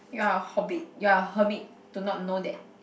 you're a hobbit you're a hermit to not know that